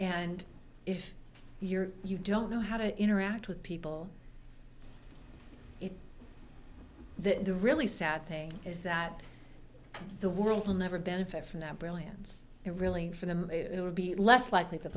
and if you're you don't know how to interact with people that the really sad thing is that the world will never benefit from that brilliance and really for them it would be less likely that